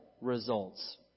results